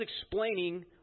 explaining